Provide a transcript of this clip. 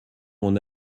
mon